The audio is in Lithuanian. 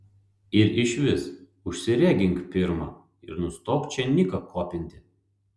ir išvis užsiregink pirma ir nustok čia niką kopinti